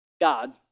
God